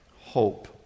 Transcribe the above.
Hope